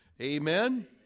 Amen